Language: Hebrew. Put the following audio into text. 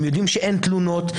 יודעים שאין תלונות,